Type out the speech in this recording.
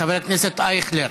חבר הכנסת אייכלר,